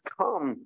come